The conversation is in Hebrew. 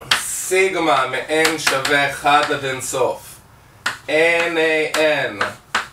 סיגמא מ-n שווה 1 עד אין סוף, n-a-n